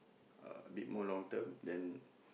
uh a bit more long term then